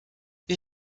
wir